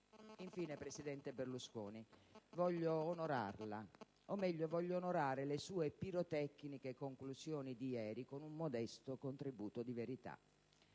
Infine, presidente Berlusconi, voglio onorarla, o meglio voglio onorare le sue pirotecniche conclusioni di ieri con un modesto contributo di verità.